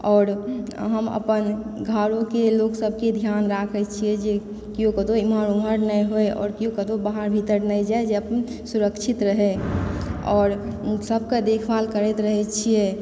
आओर हम अपन घरोके लोक सबके ध्यान राखय छियै जे केओ कतहु एमहर उमहर नहि होइ आओर केओ कतहु बाहर भीतर नहि जाइ जे अपन सुरक्षित रहय आओर सबके देखभाल करैत रहय छियै